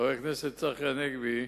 חבר הכנסת צחי הנגבי,